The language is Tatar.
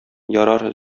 ярар